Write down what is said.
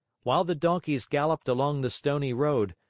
while the donkeys galloped along the stony road,